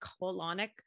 colonic